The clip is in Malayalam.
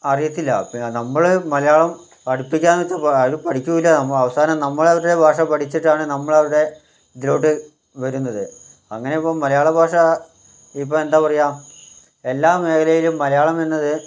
അറിയത്തില്ല പിന്നെ നമ്മൾ മലയാളം പഠിപ്പിക്കാമെന്നു വച്ചാൽ അവർ പഠിക്കുകയും ഇല്ല നമ്മൾ അവസാനം നമ്മളെ അവരുടെ ഭാഷ പഠിച്ചിട്ടാണ് നമ്മൾ അവരുടെ ഇതിലോട്ട് വരുന്നത് അങ്ങനെ ഇപ്പം മലയാള ഭാഷ ഇപ്പം എന്താ പറയുക എല്ലാ മേഖലയിലും മലയാളം എന്നത്